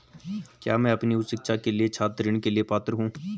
क्या मैं अपनी उच्च शिक्षा के लिए छात्र ऋण के लिए पात्र हूँ?